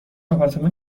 آپارتمان